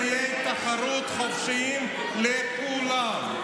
תנאי תחרות חופשיים לכולם.